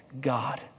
God